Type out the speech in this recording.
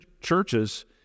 churches